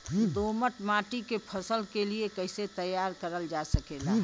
दोमट माटी के फसल के लिए कैसे तैयार करल जा सकेला?